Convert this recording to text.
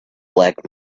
black